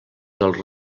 dels